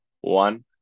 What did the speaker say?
one